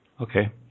Okay